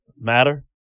matter